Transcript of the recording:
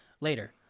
later